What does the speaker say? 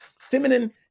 feminine